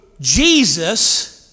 Jesus